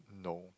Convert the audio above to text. no